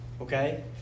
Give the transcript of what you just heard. okay